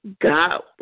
God